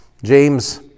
James